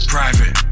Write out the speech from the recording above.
Private